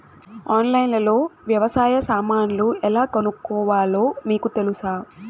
ఆన్లైన్లో లో వ్యవసాయ సామాన్లు ఎలా కొనుక్కోవాలో మీకు తెలుసా?